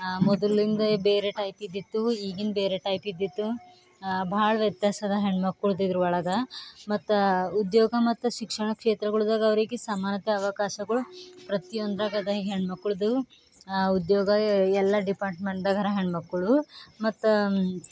ಮೊದಲಿಂದು ಬೇರೆ ಟೈಪಿದ್ದಿತ್ತು ಈಗಿಂದು ಬೇರೆ ಟೈಪಿದ್ದಿತ್ತು ಭಾಳ ವ್ಯತ್ಯಾಸದ ಹೆಣ್ಮಕ್ಳದು ಇದ್ರೊಳಗೆ ಮತ್ತು ಉದ್ಯೋಗ ಮತ್ತು ಶಿಕ್ಷಣ ಕ್ಷೇತ್ರಗಳದಾಗ ಅವ್ರಿಗೆ ಸಮಾನತೆ ಅವಕಾಶಗಳು ಪ್ರತಿಯೊಂದ್ರಾಗದ ಈಗ ಹೆಣ್ಮಕ್ಳದು ಉದ್ಯೋಗ ಎಲ್ಲ ಡಿಪಾರ್ಟ್ಮೆಂಟ್ದಾಗರ ಹೆಣ್ಮಕ್ಕಳು ಮತ್ತು